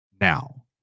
now